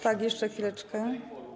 Tak, jeszcze chwileczkę.